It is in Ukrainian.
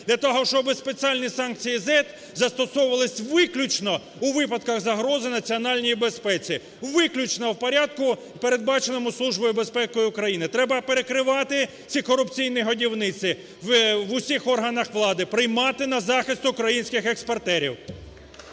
Для того, щоб спеціальні санкції ЗЕД застосовувались виключно у випадках загрози національній безпеці. Виключно в порядку передбаченому Службою безпеки України. Треба перекривати ці корупційні годівниці в усіх органах влади, приймати на захист українських експортерів.